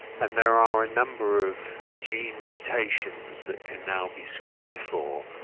and there are a number of gene mutations that can now be screened for,